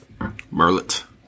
Merlot